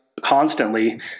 constantly